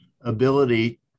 ability